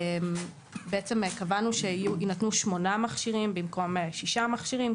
בעצם קבענו שיינתנו שמונה מכשירים במקום שישה מכשירים,